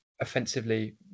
offensively